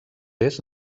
est